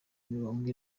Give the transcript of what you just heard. mirongo